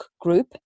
group